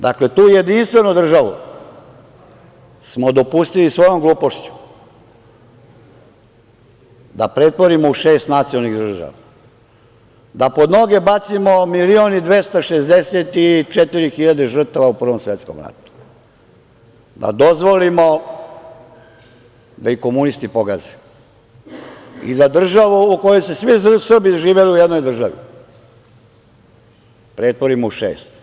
Dakle, tu jedinstvenu državu smo dopustili svojom glupošću da pretvorimo u šest nacionalnih država, da pod noge bacimo milion i 264 hiljade žrtava u Prvom svetskom ratu, da dozvolimo da ih komunisti pogaze i da državu u kojoj su svi Srbi živeli u jednoj državi pretvorimo u šest.